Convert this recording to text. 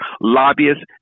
lobbyists